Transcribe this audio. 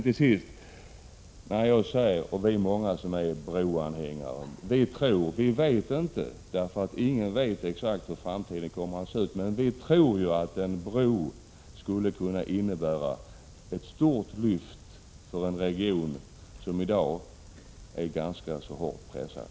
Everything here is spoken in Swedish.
Till sist: Vi är många som är broanhängare, och vi tror — vi vet inte, eftersom ingen vet exakt hur framtiden kommer att se ut — att en bro skulle kunna innebära ett stort lyft för en region som i dag är ganska hårt pressad.